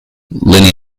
lenny